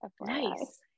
Nice